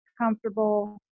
comfortable